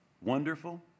Wonderful